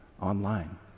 online